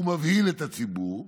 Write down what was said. הוא מבהיל את הציבור,